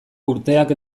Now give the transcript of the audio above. urteak